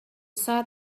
sat